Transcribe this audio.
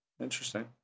interesting